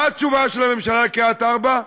מה התשובה של הממשלה לקריית-ארבע?